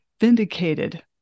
vindicated